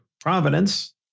Providence